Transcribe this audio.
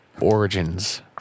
origins